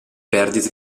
perdite